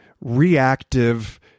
reactive